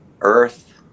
earth